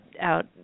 out